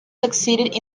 succeeded